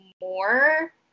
more